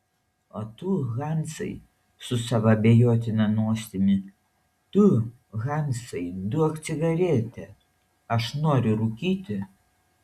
o tu hansai su savo abejotina nosimi tu hansai duok cigaretę aš noriu rūkyti